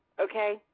okay